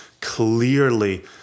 Clearly